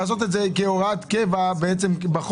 ולעשות את זה כהוראת קבע בחוק.